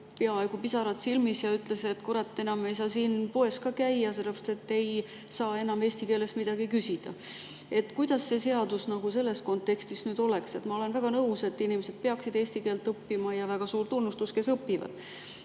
pisarad silmis ja ütles, et kurat, enam ei saa siin poes käia, sellepärast et ei saa enam eesti keeles midagi küsida. Kuidas see seadus selles kontekstis nüüd oleks? Ma olen väga nõus, et inimesed peaksid eesti keelt õppima, ja väga suur tunnustus neile, kes õpivad.